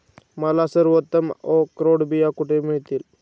मला सर्वोत्तम अक्रोड बिया कुठे मिळतील